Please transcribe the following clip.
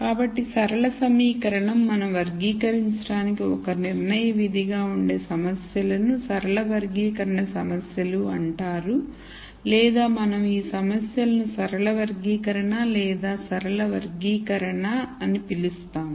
కాబట్టి సరళ సమీకరణం మనం వర్గీకరించడానికి ఒక నిర్ణయ విధిగా ఉండే సమస్యలను సరళ వర్గీకరణ సమస్యలు అంటారు లేదా మనం ఈ సమస్యలను సరళ వర్గీకరణ లేదా సరళ వర్గీకరణ అని పిలుస్తాము